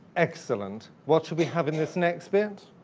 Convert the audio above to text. excellent. what should we have in this next bit?